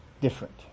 different